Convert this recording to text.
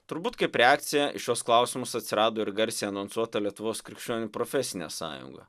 turbūt kaip reakcija į šiuos klausimus atsirado ir garsiai anonsuota lietuvos krikščionių profesinė sąjunga